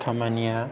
खामानिया